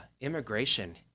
immigration